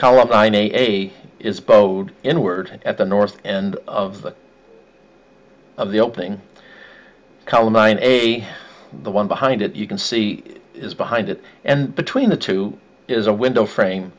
columbine a is bowed inward at the north end of the of the opening column nine a the one behind it you can see is behind it and between the two is a window frame